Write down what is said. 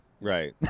Right